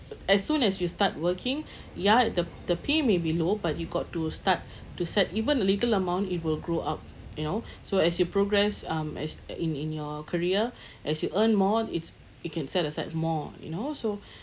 as soon as you start working ya the the pay may be low but you got to start to set even a little amount it will grow up you know so as you progress um as in in your career as you earn more it's you can set aside more you know so